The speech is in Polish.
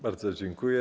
Bardzo dziękuję.